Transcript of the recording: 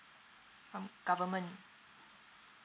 um government